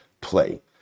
play